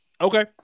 Okay